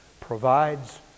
provides